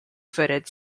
footed